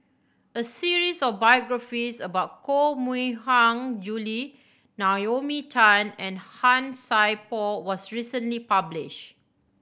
a series of biographies about Koh Mui Hiang Julie Naomi Tan and Han Sai Por was recently published